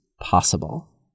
possible